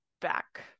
back